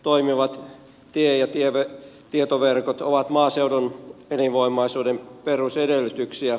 toimivat tie ja tietoverkot ovat maaseudun elinvoimaisuuden perusedellytyksiä